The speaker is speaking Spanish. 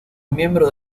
miembro